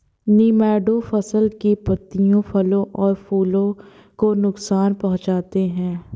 nematode फसल की पत्तियों फलों और फूलों को नुकसान पहुंचाते हैं